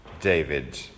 David